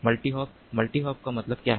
multi hop multi hop का मतलब क्या है